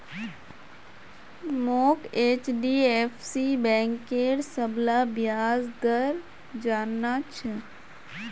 मोक एचडीएफसी बैंकेर सबला ब्याज दर जानना छ